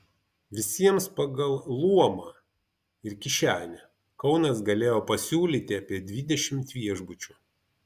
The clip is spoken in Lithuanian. visiems pagal luomą ir kišenę kaunas galėjo pasiūlyti apie dvidešimt viešbučių